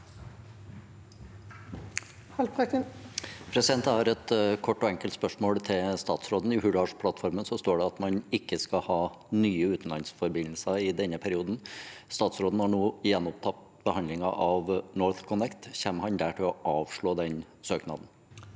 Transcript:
Jeg har et kort og enkelt spørsmål til statsråden. I Hurdalsplattformen står det at man ikke skal ha nye utenlandsforbindelser i denne perioden. Statsråden har nå gjenopptatt behandlingen av NorthConnect. Kommer han der til å avslå den søknaden?